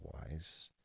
otherwise